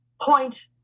point